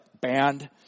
Banned